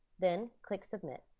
then, click submit.